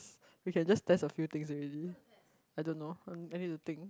we can just test a few things already I don't know um I need to think